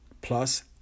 plus